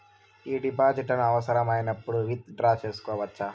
ఈ డిపాజిట్లను అవసరమైనప్పుడు విత్ డ్రా సేసుకోవచ్చా?